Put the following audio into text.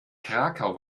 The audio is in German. krakau